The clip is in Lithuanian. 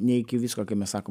nei viską kai mes sakom